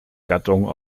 gattung